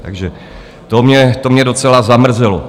Takže to mě docela zamrzelo.